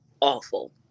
awful